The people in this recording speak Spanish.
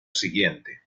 siguiente